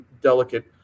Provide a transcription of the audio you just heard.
delicate